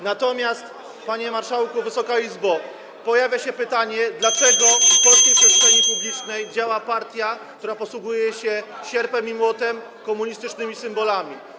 Natomiast, panie marszałku, Wysoka Izbo, pojawia się pytanie, dlaczego w polskiej przestrzeni publicznej działa partia, która posługuje się sierpem i młotem, komunistycznymi symbolami.